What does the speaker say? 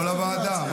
תבוא לוועדה.